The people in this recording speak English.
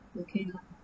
okay lah